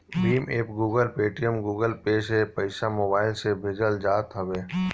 Bhim app, Google, Paytm, Google Pay से पईसा mobile से भेजल जात हवे